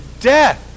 death